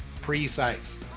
precise